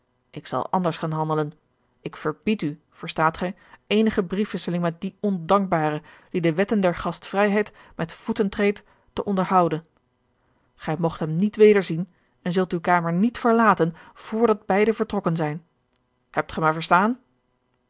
ik zal anders gaan handelen ik verbied u verstaat gij eenige briefwisseling met dien ondankbare die de wetten der gastvrijheid met voeten treedt te onderhouden gij moogt hem niet wederzien en zult uwe kamer niet verlaten vrdat beide vertrokken zijn hebt ge mij verstaan